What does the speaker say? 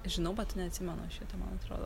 žinau bet neatsimenu aš šito man atrodo